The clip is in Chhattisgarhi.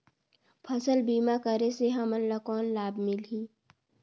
फसल बीमा करे से हमन ला कौन लाभ मिलही?